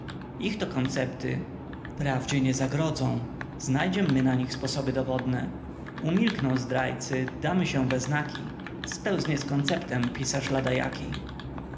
ich to koncepty prawdzie nie zagrodzą znajdziem my na nich sposoby dowodne umilkną zdrajcy damy się we znaki spełznie z konceptem pisarz ladajaki